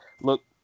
look